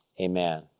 Amen